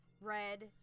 red